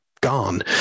gone